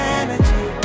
energy